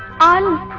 on